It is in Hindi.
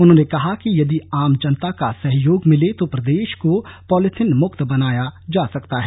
उन्होंने कहा कि यदि आम जनता का सहयोग मिले तो प्रदेश को पॉलीथिन मुक्त बनाया जा सकता है